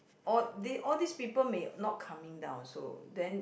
all they all these people may not coming down also then